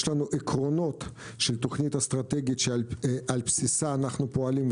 יש לנו עקרונות של תוכנית אסטרטגית שעל בסיסה אנחנו פועלים,